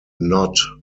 not